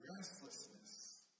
Restlessness